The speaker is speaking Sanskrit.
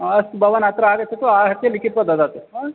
अस्तु भवान् अत्र आगच्छतु आहत्य लिखित्वा ददातु